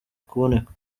kuboneka